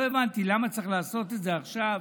לא הבנתי למה צריך לעשות את זה עכשיו,